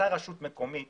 מתי רשות מקומית